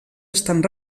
estan